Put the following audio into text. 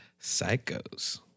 psychos